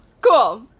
Cool